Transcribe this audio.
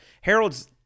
Harold's